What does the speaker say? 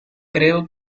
creo